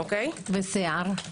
והלבנת שיער?